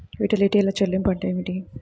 యుటిలిటీల చెల్లింపు అంటే ఏమిటి?